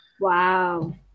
Wow